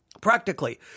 practically